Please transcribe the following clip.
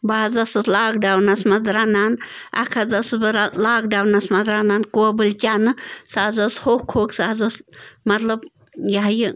بہٕ حظ ٲسٕس لاکڈاونَس منٛز رَنان اَکھ حظ ٲسٕس بہٕ لاکڈاوُنَس منٛز رَنان کوبٕلۍ چَنہٕ سُہ حظ ٲس ہوٚکھ ہوٚکھ سُہ حظ اوس مطلب یہِ ہہ یہِ